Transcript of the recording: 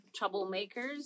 troublemakers